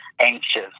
anxious